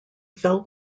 fell